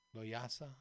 Loyasa